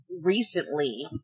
recently